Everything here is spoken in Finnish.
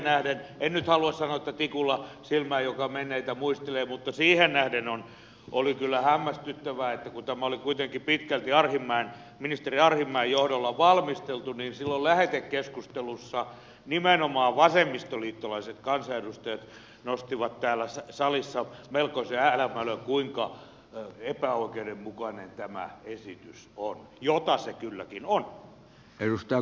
en nyt halua sanoa että tikulla silmään joka menneitä muistelee mutta siihen nähden oli kyllä hämmästyttävää että kun tämä oli kuitenkin pitkälti ministeri arhinmäen johdolla valmisteltu niin silloin lähetekeskustelussa nimenomaan vasemmistoliittolaiset kansanedustajat nostivat täällä salissa melkoisen älämölön siitä kuinka epäoikeudenmukainen tämä esitys on mitä se kylläkin on